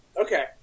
Okay